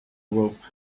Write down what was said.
rope